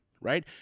right